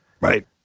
Right